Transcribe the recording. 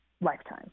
lifetime